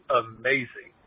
amazing